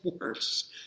worse